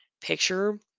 picture